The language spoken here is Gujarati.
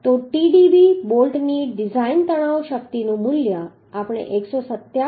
તો Tdb બોલ્ટની ડિઝાઇન તણાવ શક્તિનું મૂલ્ય આપણે 127